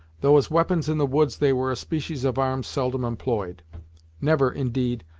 though as weapons in the woods they were a species of arms seldom employed never, indeed,